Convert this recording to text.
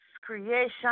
creation